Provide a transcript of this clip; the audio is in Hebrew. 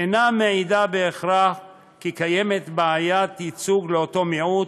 אינה מעידה בהכרח כי קיימת בעיית ייצוג לאותו מיעוט,